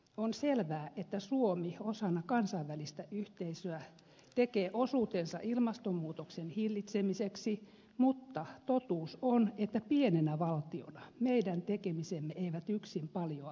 on selvää että suomi osana kansainvälistä yhteisöä tekee osuutensa ilmastonmuutoksen hillitsemiseksi mutta totuus on että pienenä valtiona meidän tekemisemme eivät yksin paljoa paina